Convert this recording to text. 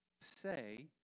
say